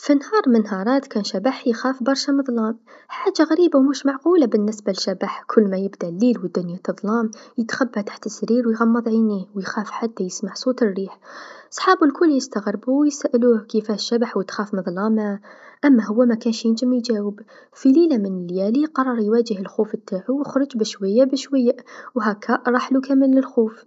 في نهار من نهارات كان شبح يخاف برشا ملظلال، حاجه غريبا و غير معقولا بالنسبه لشبح، كل ما يبدا ليل و دنيا تظلام يتخبى تحت السرير و يغمض عينيه و يخاف حتى يسمع صوت الريح، صحابو الكل يستغربو و يسألوه كيفاه شبح و تخاف ملظلام؟ أما هو مكانش ينجم يجاوب، في ليله من ليالي قرر يواجه الخوف نتاعو و خرج بالشويا بالشويا و هكا راحلو كامل الخوف.